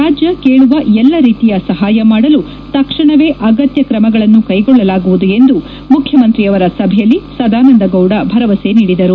ರಾಜ್ಯ ಕೇಳುವ ಎಲ್ಲ ರೀತಿಯ ಸಹಾಯ ಮಾಡಲು ತಕ್ಷಣವೇ ಅಗತ್ಯ ತ್ರಮಗಳನ್ನು ಕೈಗೊಳ್ಳಲಾಗುವುದು ಎಂದು ಮುಖ್ಯಮಂತ್ರಿಯವರ ಸಭೆಯಲ್ಲಿ ಸದಾನಂದ ಗೌಡ ಭರವಸೆ ನೀಡಿದರು